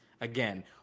again